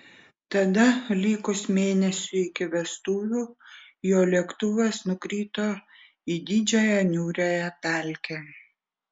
tada likus mėnesiui iki vestuvių jo lėktuvas nukrito į didžiąją niūriąją pelkę